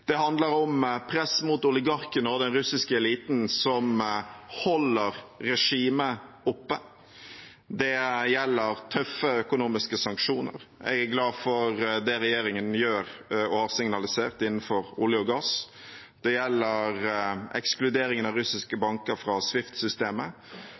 Det handler om press mot oligarkene og den russiske eliten som holder regimet oppe. Det gjelder tøffe økonomiske sanksjoner. Jeg er glad for det regjeringen gjør og har signalisert innenfor olje og gass. Det gjelder ekskluderingen av russiske